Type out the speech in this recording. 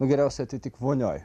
nu geriausia tai tik vonioj